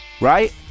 right